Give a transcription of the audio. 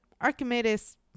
Archimedes